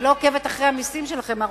אני לא עוקבת אחרי המסים שלכם,